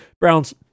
Browns—